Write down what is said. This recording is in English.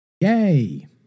Yay